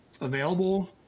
available